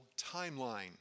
timeline